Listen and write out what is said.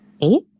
eight